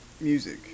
music